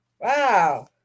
Wow